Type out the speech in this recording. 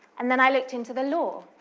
and then i looked into the law,